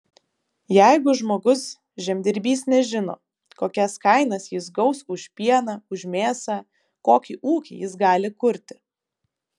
jeigu žmogus žemdirbys nežino kokias kainas jis gaus už pieną už mėsą kokį ūkį jis gali kurti